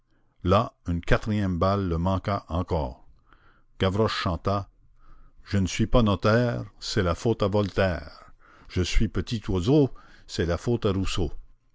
là une quatrième balle le manqua encore gavroche chanta je ne suis pas notaire c'est la faute à voltaire je suis petit oiseau c'est la faute à rousseau